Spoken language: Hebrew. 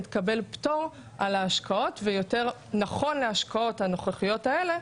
התקבל פטור מההשקעות ויותר נכון להשקעות הנוכחיות האלה,